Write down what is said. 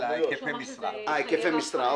לגבי היקפי המשרה.